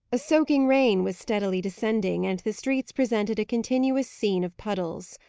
a soaking rain was steadily descending, and the streets presented a continuous scene of puddles.